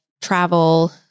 travel